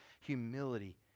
humility